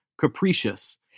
capricious